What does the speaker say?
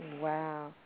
Wow